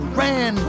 ran